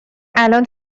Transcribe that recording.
الان